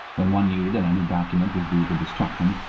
when one knew that any document was due for destruction,